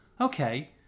okay